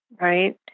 right